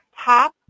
top